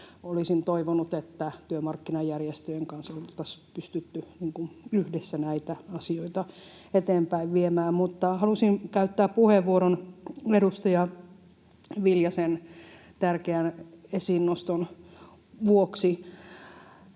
olisin toivonut, että työmarkkinajärjestöjen kanssa olisi pystytty yhdessä näitä asioita eteenpäin viemään. Mutta halusin käyttää puheenvuoron edustaja Viljasen tärkeän esiin noston vuoksi.